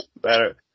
better